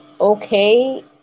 Okay